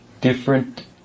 different